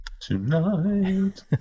Tonight